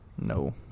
No